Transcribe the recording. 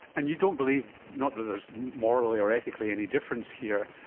and you don't believe, not that there is morally or ethically any difference here,